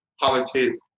politics